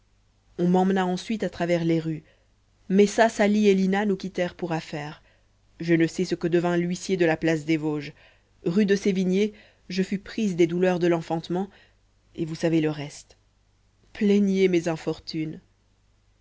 on m'emmena ensuite à travers les rues messa sali et lina nous quittèrent pour affaires je ne sais ce que devint l'huissier de la place des vosges rue de sévigné je fus prise des douleurs de l'enfantement et vous savez le reste plaignez mes infortunes